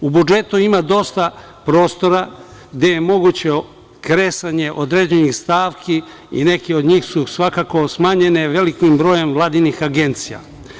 U budžetu ima dosta prostora gde je moguće kresanje određenih stavki i neke od njih su svakako smanjene velikim brojem vladinih agencija.